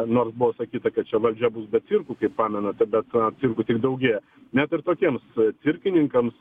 nors buvo sakyta kad čia valdžia bus be cirkų kaip pamenate bet cirkų tik daugėja net ir tokiems cirkininkams